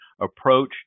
approach